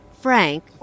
Frank